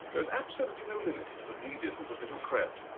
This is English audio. there's absolutely no limit to the deviousness of little fred.